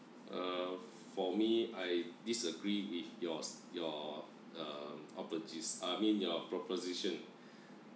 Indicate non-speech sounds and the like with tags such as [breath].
uh for me I disagree with yours your uh opposites I mean your proposition [breath]